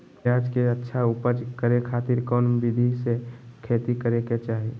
प्याज के अच्छा उपज करे खातिर कौन विधि से खेती करे के चाही?